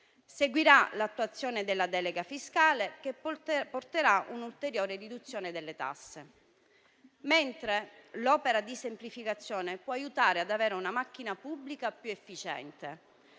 Seguirà l'attuazione della delega fiscale, che porterà un'ulteriore riduzione delle tasse, mentre l'opera di semplificazione può aiutare ad avere una macchina pubblica più efficiente.